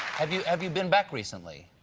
have you have you been back recently?